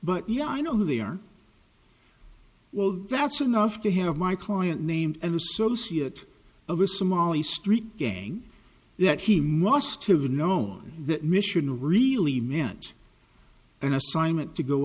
but yeah i know who they are well that's enough to have my client name an associate of a somali street gang that he must have known that mission really meant an assignment to go